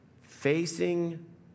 Facing